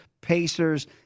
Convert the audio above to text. Pacers